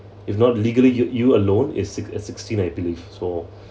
if not legally you you alone is six~ uh sixteen I believe so